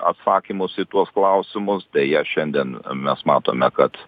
atsakymus į tuos klausimus deja šiandien mes matome kad